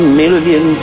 million